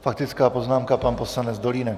Faktická poznámka, pan poslanec Dolínek.